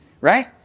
right